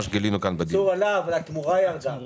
הייצוא עלה אבל התמורה ירדה.